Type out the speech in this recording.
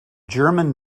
german